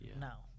now